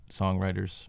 songwriters